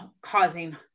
causing